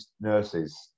nurses